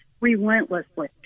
relentlessly